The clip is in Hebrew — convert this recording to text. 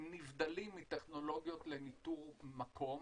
הם נבדלים מטכנולוגיות לאיתור מקום,